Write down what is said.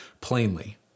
plainly